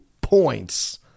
points